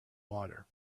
water